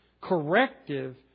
corrective